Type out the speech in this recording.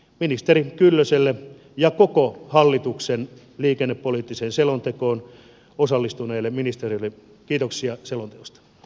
ministeri kyllöselle ja koko hallituksen liikennepoliittisen selontekoon osallistuneille ministereille kiitoksia selonteosta